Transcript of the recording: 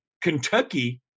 Kentucky